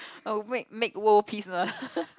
oh wait make world peace